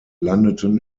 landeten